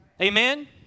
Amen